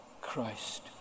Christ